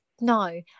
No